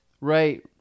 right